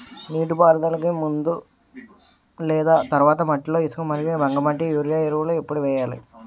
నీటిపారుదలకి ముందు లేదా తర్వాత మట్టిలో ఇసుక మరియు బంకమట్టి యూరియా ఎరువులు ఎప్పుడు వేయాలి?